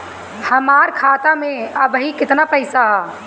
हमार खाता मे अबही केतना पैसा ह?